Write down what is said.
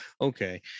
okay